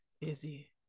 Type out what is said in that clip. busy